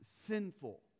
sinful